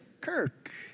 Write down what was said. Kirk